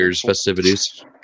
festivities